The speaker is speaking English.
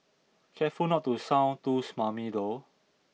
careful not to sound too smarmy though